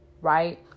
right